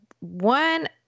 one